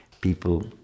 people